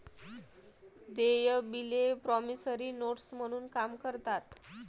देय बिले promissory notes म्हणून काम करतात